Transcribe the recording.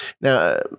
Now